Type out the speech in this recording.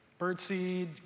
birdseed